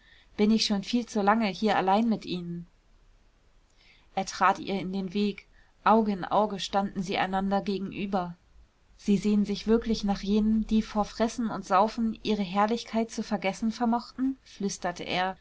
bin ich schon viel zu lange hier allein mit ihnen er trat ihr in den weg auge in auge standen sie einander gegenüber sie sehnen sich wirklich nach jenen die vor fressen und saufen ihre herrlichkeit zu vergessen vermochten flüsterte er